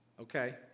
okay